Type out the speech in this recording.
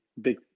big